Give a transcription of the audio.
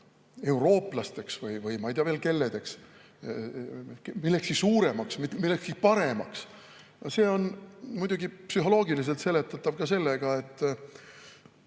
eurooplasteks või ma ei tea kelleks, millekski suuremaks, millekski paremaks. See on muidugi psühholoogiliselt seletatav ka sellega, et